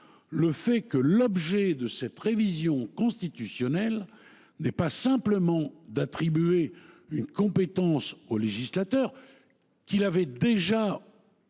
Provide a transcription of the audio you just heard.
le fait que l’objet de cette révision constitutionnelle est non pas simplement d’attribuer une compétence au législateur, qu’il avait déjà